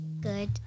Good